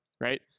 right